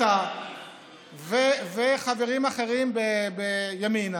אתה וחברים אחרים בימינה,